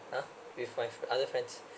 uh with my other friends